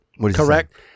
correct